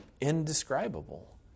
indescribable